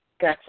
Gotcha